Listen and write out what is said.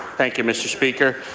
thank you, mr. speaker.